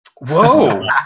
Whoa